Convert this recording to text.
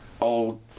old